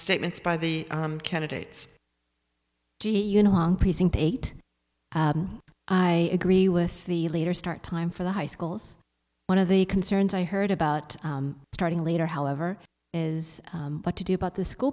statements by the candidates you know long precinct eight i agree with the later start time for the high schools one of the concerns i heard about starting later however is what to do about the school